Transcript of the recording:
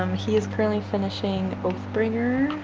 um he is currently finishing oathbringer,